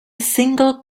single